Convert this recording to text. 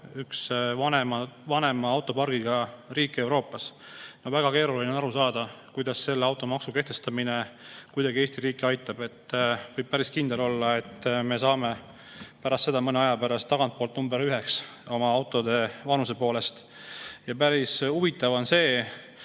üks vanema autopargiga riik Euroopas. Väga keeruline on aru saada, kuidas selle automaksu kehtestamine kuidagi Eesti riiki aitab. Võib päris kindel olla, et me saame pärast seda mõne aja pärast number üheks oma autode vanuse poolest. Päris huvitav on see,